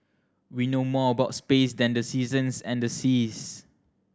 we know more about space than the seasons and the seas